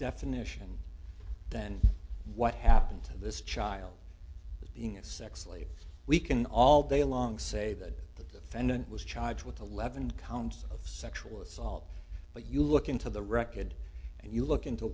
definition than what happened to this child being a sex slave we can all day long say that the defendant was charged with the levin counts of sexual assault but you look into the record and you look into